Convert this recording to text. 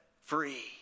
free